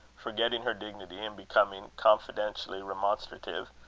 forgetting her dignity, and becoming confidentially remonstrative.